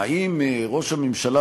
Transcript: האם ראש הממשלה,